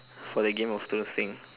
for the game of thrones thing